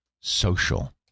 Social